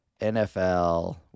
NFL